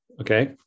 Okay